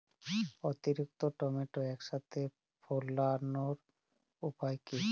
অতিরিক্ত টমেটো একসাথে ফলানোর উপায় কী?